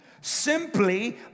simply